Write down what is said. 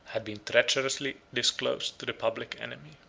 had been treacherously disclosed to the public enemy.